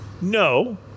No